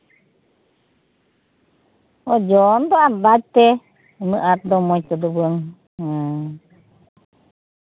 ᱚᱡᱚᱱ ᱫᱚ ᱟᱱᱫᱟᱡ ᱛᱮ ᱩᱱᱟᱹᱜ ᱟᱸᱴ ᱫᱚ ᱢᱚᱸᱡ ᱛᱮᱫᱚ ᱵᱟᱹᱧ ᱦᱩᱸ